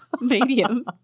medium